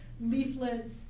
leaflets